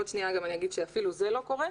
עוד שנייה אני גם אומר שאפילו זה לא קורה.